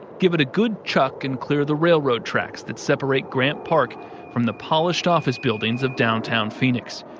give it a good chuck, and clear the railroad tracks that separate grant park from the polished office buildings of downtown phoenix.